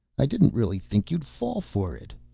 i didn't really think you'd fall for it,